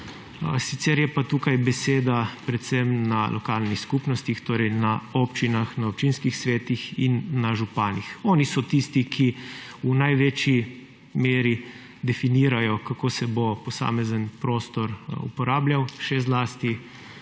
sicer je pa tukaj beseda predvsem na lokalnih skupnostih, torej na občinah, na občinskih svetih in na županih. Oni so tisti, ki v največji meri definirajo, kako se bo posamezen prostor uporabljal, še zlasti